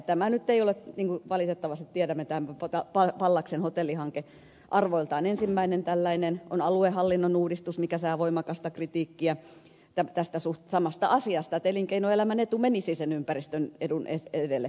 tämä pallaksen hotellihanke nyt ei ole niin kuin valitettavasti tiedämme arvoiltaan ensimmäinen tällainen aluehallinnon uudistus mikä saa voimakasta kritiikkiä tästä samasta asiasta että elinkeinoelämän etu menisi ympäristön edun edelle